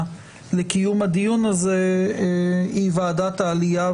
לקיום הדיון הזה היא ועדת העלייה,